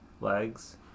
legs